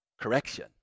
Correction